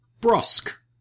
brusque